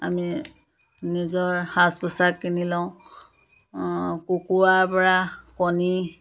আমি নিজৰ সাজ পোছাক কিনি লওঁ কুকুৰাৰ পৰা কণী